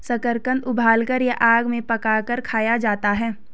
शकरकंद उबालकर या आग में पकाकर खाया जाता है